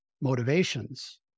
motivations